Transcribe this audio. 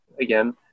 again